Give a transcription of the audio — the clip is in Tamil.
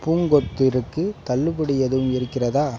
பூங்கொத்திற்கு தள்ளுபடி எதுவும் இருக்கிறதா